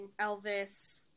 Elvis